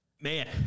Man